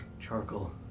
charcoal